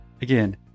Again